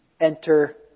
enter